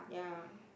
ya